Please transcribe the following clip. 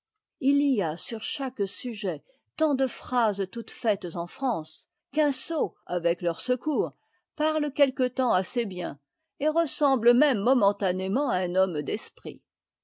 il y a sur chaque sujet tant de phrases toutes faites en france qu'un sot avec leur secours parle quelque temps assez bien et ressemble même momentanément à un homme d'esprit